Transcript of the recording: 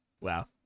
Wow